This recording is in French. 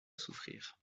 souffrir